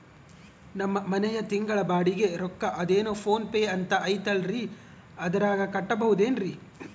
ನಮ್ಮ ಮನೆಯ ತಿಂಗಳ ಬಾಡಿಗೆ ರೊಕ್ಕ ಅದೇನೋ ಪೋನ್ ಪೇ ಅಂತಾ ಐತಲ್ರೇ ಅದರಾಗ ಕಟ್ಟಬಹುದೇನ್ರಿ?